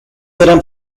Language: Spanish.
eran